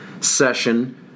session